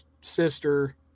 sister